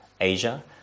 Asia